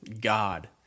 God